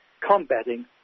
combating